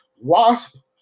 Wasp